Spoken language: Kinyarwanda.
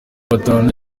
batanu